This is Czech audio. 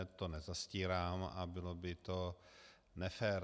To nezastírám a bylo by to nefér.